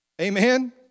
Amen